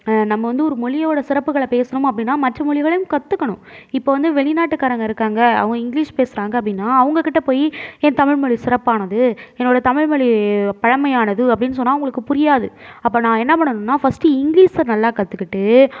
நம்ம வந்து ஒரு மொழியோட சிறப்புகளை பேசணும் அப்படினா மற்ற மொழிகளையும் கற்றுக்கணும் இப்போ வந்து வெளிநாட்டுக்காரங்க இருக்காங்க அவங்க இங்கிலீஷ் பேசுகிறாங்க அப்படினா அவங்கக்கிட்ட போய் என் தமிழ் மொழி சிறப்பானது என்னோட தமிழ் மொழி பழமையானது அப்படினு சொன்னால் அவங்களுக்குப் புரியாது அப்போ நான் என்ன பண்ணணுனால் ஃபர்ஸ்ட் இங்கிலீஷை நல்லா கற்றுக்கிட்டு